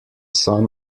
son